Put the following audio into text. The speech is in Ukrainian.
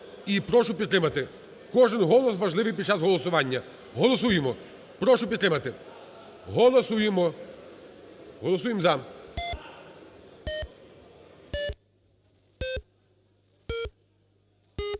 і прошу підтримати. Кожен голос важливий під час голосування. Голосуємо. Прошу підтримати. Голосуємо. Голосуємо "за".